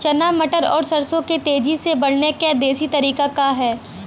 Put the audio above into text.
चना मटर और सरसों के तेजी से बढ़ने क देशी तरीका का ह?